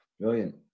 Brilliant